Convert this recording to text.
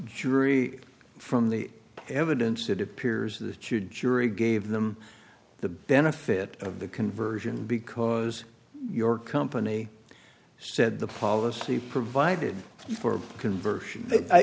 jury from the evidence it appears that your jury gave them the benefit of the conversion because your company said the policy provided for convers